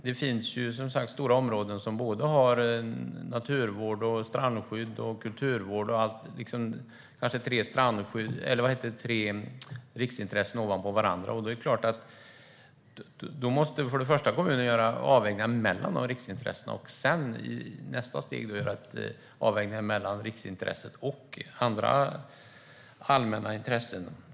Det finns som sagt stora områden som har såväl naturvård och strandskydd som kulturvård - kanske tre riksintressen ovanpå varandra. Då måste kommunen först göra avvägningar mellan dessa riksintressen och sedan, i nästa steg, göra avvägningar mellan riksintresset och andra allmänna intressen.